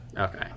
Okay